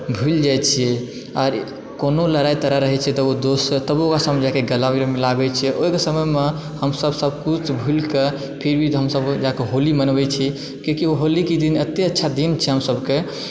भूलि जाइ छियै आर कोनो लड़ाइ तराइ रहै छै तऽ ओ दोससँ तऽ तबो ओकरा समझे कऽ गला उला लगाबै छियै ओहिके समयमे हम हमसभ सभकिछु भूलि कऽ फिर भी हमसभ जाइ कऽ होली मनबै छी किएकि होलीके दिन एते अच्छा दिन छियै हम सभके